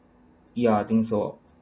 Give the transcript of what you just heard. yeah I think so